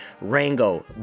Rango